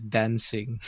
dancing